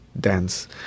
dance